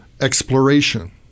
exploration